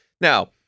Now